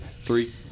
three